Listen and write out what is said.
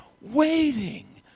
waiting